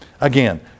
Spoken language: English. Again